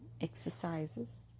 exercises